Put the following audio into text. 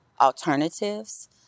alternatives